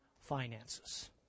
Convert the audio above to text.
finances